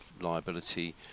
liability